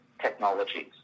technologies